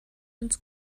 ins